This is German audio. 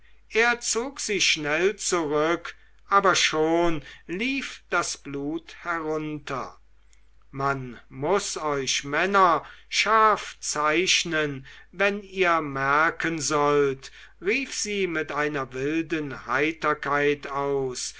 er zog sie schnell zurück aber schon lief das blut herunter man muß euch männer scharf zeichnen wenn ihr merken sollt rief sie mit einer wilden heiterkeit aus